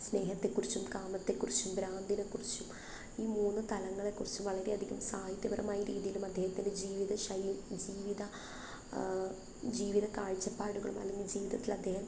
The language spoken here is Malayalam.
സ്നേഹത്തെക്കുറിച്ചും കാമത്തെക്കുറിച്ചും ഭ്രാന്തിനെക്കുറിച്ചും ഈ മൂന്ന് തലങ്ങളെക്കുറിച്ചും വളരെയധികം സാഹിത്യപരമായി രീതിയിലും അദ്ദേഹത്തിൻ്റെ ജീവിത ശൈലി ജീവിത ജീവിത കാഴ്ചപ്പാടുകളും അല്ലെങ്കിൽ ജീവിതത്തില് അദ്ദേഹം